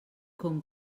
com